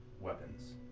weapons